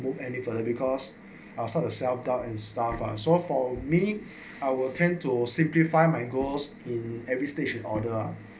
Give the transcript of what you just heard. with any further because outside the self doubt and stuff lah so for me I'll tend to simplify my goals in every station order ah